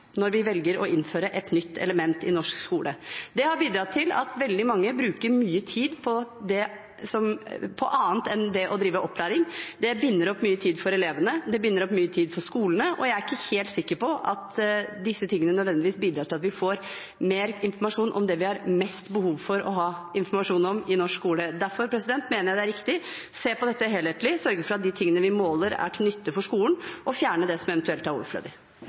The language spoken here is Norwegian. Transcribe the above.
når vi velger å innføre et nytt element i norsk skole. Det har bidratt til at veldig mange bruker mye tid på annet enn det å drive opplæring. Det binder opp mye tid for elevene, det binder opp mye tid for skolene, og jeg er ikke helt sikker på at disse tingene nødvendigvis bidrar til at vi får mer informasjon om det vi har mest behov for å ha informasjon om i norsk skole. Derfor mener jeg det er riktig å se på dette helhetlig, sørge for at de tingene vi måler, er til nytte for skolen og fjerne det som eventuelt er overflødig.